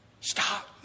Stop